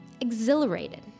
Exhilarated